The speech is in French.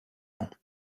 ans